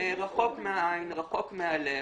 רחוק מהעין, רחוק מהלב,